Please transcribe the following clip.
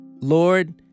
Lord